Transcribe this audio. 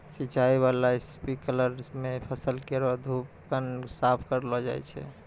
सिंचाई बाला स्प्रिंकलर सें फसल केरो धूलकण साफ करलो जाय छै